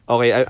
Okay